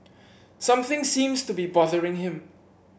something seems to be bothering him